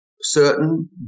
certain